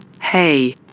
Hey